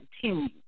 continue